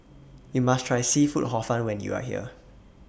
YOU must Try Seafood Hor Fun when YOU Are here